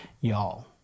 y'all